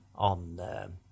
on